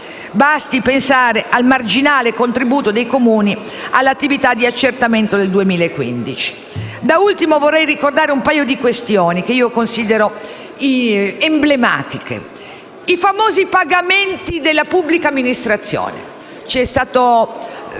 Basti pensare al marginale contributo dei Comuni all'attività di accertamento del 2015. Da ultimo vorrei ricordare un paio di questioni che considero emblematiche; anzitutto i famosi pagamenti della pubblica amministrazione. È stato